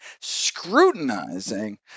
scrutinizing